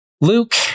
Luke